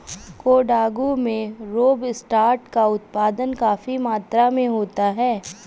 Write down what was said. कोडागू में रोबस्टा का उत्पादन काफी मात्रा में होता है